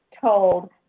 told